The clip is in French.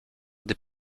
des